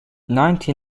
ninety